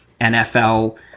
nfl